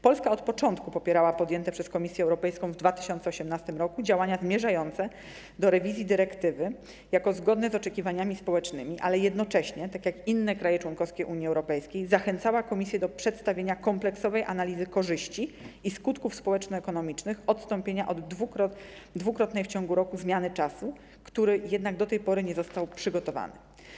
Polska od początku popierała podjęte przez Komisję Europejską w 2018 r. działania zmierzające do rewizji dyrektywy jako zgodne z oczekiwaniami społecznymi, ale jednocześnie, tak jak inne kraje członkowskie Unii Europejskiej, zachęcała Komisję do przedstawienia kompleksowej analizy korzyści i skutków społeczno-ekonomicznych odstąpienia od dwukrotnej w ciągu roku zmiany czasu, która jednak do tej pory nie została przygotowana.